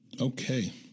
Okay